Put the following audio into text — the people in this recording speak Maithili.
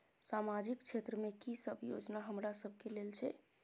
सामाजिक क्षेत्र में की सब योजना हमरा सब के लेल छै?